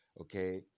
Okay